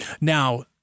now